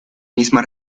misma